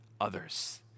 others